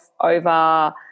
over